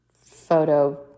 photo